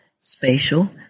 spatial